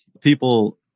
people